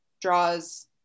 draws